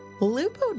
Lupo